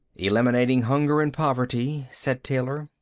eliminating hunger and poverty, said taylor.